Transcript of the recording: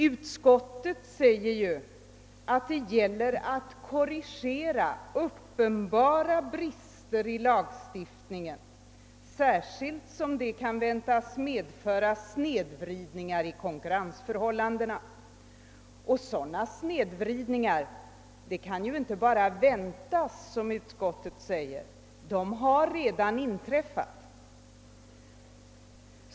Utskottet säger, att det gäller att korrigera uppenbara brister i lagstiftningen, särskilt som de kan väntas medföra snedvridningar av konkurrensförhållandena. Men sådana snedvridningar kan ju inte bara väntas — som utskottet säger — utan de har redan inträffat.